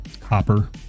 copper